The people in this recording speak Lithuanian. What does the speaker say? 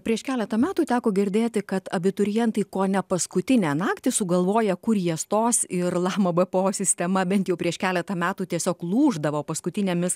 prieš keletą metų teko girdėti kad abiturientai kone paskutinę naktį sugalvoja kur jie stos ir lama bpo sistema bent jau prieš keletą metų tiesiog lūždavo paskutinėmis